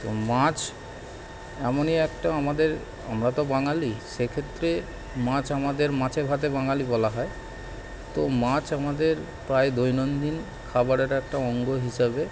তো মাছ এমনই একটা আমাদের আমরা তো বাঙালি সেক্ষেত্রে মাছ আমাদের মাছে ভাতে বাঙালি বলা হয় তো মাছ আমাদের প্রায় দৈনন্দিন খাবারের একটা অঙ্গ হিসাবে